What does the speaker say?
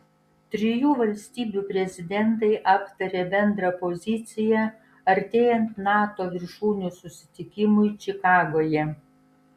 trijų valstybių prezidentai aptarė bendrą poziciją artėjant nato viršūnių susitikimui čikagoje